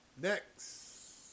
next